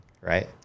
right